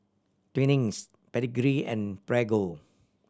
Twinings Pedigree and Prego